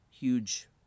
huge